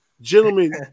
gentlemen